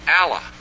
Allah